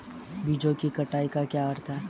बीजों की कटाई का क्या अर्थ है?